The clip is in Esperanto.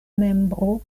membro